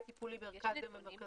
יש נתונים